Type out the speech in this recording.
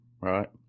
right